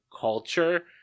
culture